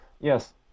Yes